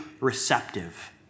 receptive